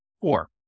Four